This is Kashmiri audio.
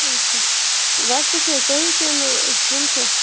اچھا وۄستہٕ چھُو تُہی کِہِ نہٕ ہُم چھِ